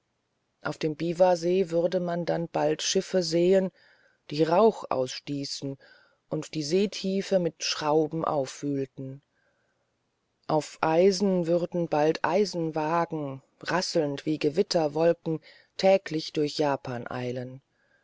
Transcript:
auf dem biwasee würde man dann bald schiffe sehen die rauch ausstießen und die seetiefe mit schrauben aufwühlten auf eisen würden bald eisenwagen rasselnd wie gewitterwolken täglich durch japan eilen